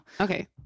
Okay